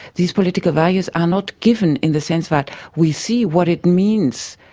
these political values are not given in the sense that we see what it means,